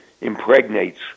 impregnates